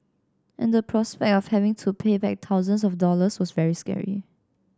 and the prospect of having to pay back thousands of dollars was very scary